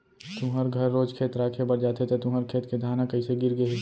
तुँहर घर रोज खेत राखे बर जाथे त तुँहर खेत के धान ह कइसे गिर गे हे?